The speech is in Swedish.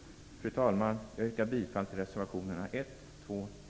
Fru talman! Jag yrkar bifall till reservationerna 1,